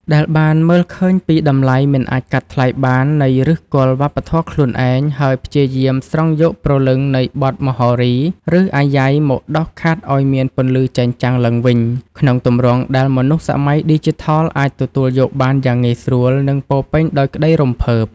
ដែលបានមើលឃើញពីតម្លៃមិនអាចកាត់ថ្លៃបាននៃឫសគល់វប្បធម៌ខ្លួនឯង ហើយព្យាយាមស្រង់យកព្រលឹងនៃបទ មហោរី ឬអាយ៉ៃ មកដុសខាត់ឱ្យមានពន្លឺចែងចាំងឡើងវិញ ក្នុងទម្រង់ដែលមនុស្សសម័យឌីជីថលអាចទទួលយកបានយ៉ាងងាយស្រួល និងពោរពេញដោយក្តីរំភើប។